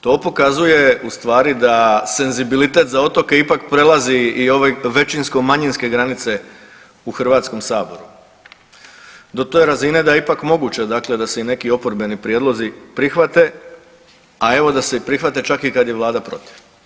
To pokazuje u stvari da senzibilitet za otoke ipak prelazi i ove većinsko manjinske granice u Hrvatskom saboru do te razine da je ipak moguće dakle da se i neki oporbeni prijedlozi prihvate, a evo da se i prihvate čak i kad je vlada protiv.